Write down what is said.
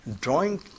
drawing